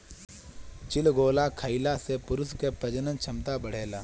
चिलगोजा खइला से पुरुष के प्रजनन क्षमता बढ़ेला